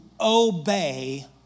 obey